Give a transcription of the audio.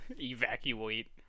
Evacuate